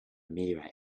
meteorite